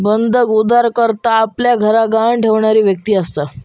बंधक उधारकर्ता आपल्या घराक गहाण ठेवणारी व्यक्ती असता